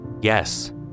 Yes